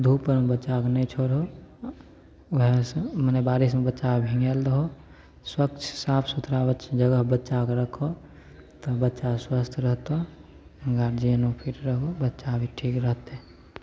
धूप आओरमे बच्चाके नहि छोड़हो ओ गार्जिअनसभ माने बारिशमे बच्चा भिगाएल रहै स्वच्छ साफ सुथरा जगह बच्चाके राखऽ तब बच्चा स्वस्थ रहतऽ गार्जिअनो फिट रहबऽ बच्चा भी ठीक रहतै